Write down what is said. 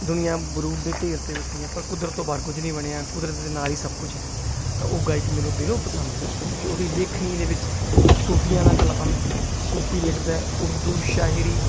ਦੁਨੀਆਂ ਬਰੂਦ ਦੇ ਢੇਰ ਤੇ ਬੈਠੀ ਆ ਪਰ ਕੁਦਰਤ ਤੋਂ ਬਾਹਰ ਕੁਝ ਨਹੀਂ ਬਣਿਆ ਕੁਦਰਤ ਦੇ ਨਾਲ ਹੀ ਸਭ ਕੁਝ ਹੈ ਤਾਂ ਉਹ ਗਾਇਕ ਮੈਨੂੰ ਦਿਲੋਂ ਪਸੰਦ ਹੈ ਕਿਉਂਕਿ ਉਹਦੀ ਲੇਖਣੀ ਦੇ ਵਿੱਚ ਸੂਫੀਆਨਾ ਕਲਾਮ ਹੈ ਸੂਫੀ ਲਿਖਦਾ ਉਰਦੂ ਸ਼ਾਇਰੀ